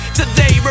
today